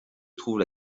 trouve